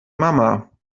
mama